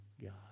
God